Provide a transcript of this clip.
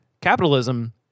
capitalism